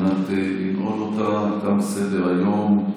תם סדר-היום.